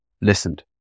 listened